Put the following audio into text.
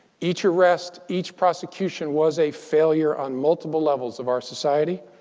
each arrest each prosecution was a failure on multiple levels of our society.